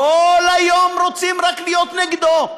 כל היום רוצים רק להיות נגדו.